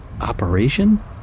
Operation